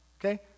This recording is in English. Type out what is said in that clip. Okay